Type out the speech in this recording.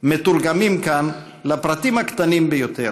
מתורגמים כאן לפרטים הקטנים ביותר.